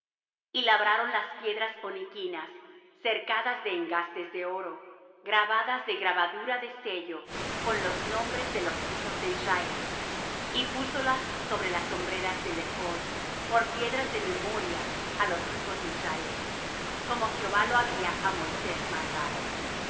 y labraron las piedras oniquinas cercadas de engastes de oro grabadas de grabadura de sello con los nombres de los hijos de israel y púsolas sobre las hombreras del ephod por piedras de memoria á los hijos de israel como jehová lo había á moisés mandado